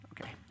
Okay